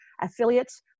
affiliates